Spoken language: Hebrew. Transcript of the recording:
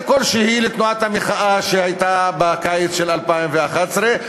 כלשהי לתנועת המחאה שהייתה בקיץ של 2011,